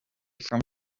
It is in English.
from